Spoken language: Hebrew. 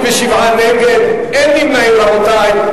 נגד, אין נמנעים, רבותי.